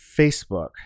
Facebook